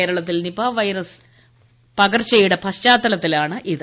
കേരളത്തിൽ Nipah virus പകർച്ചയുടെ പശ്ചാത്തലത്തിലാണിത്